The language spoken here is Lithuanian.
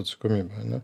atsakomybė ane